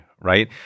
right